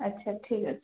ଆଚ୍ଛା ଠିକ୍ ଅଛି